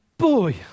boy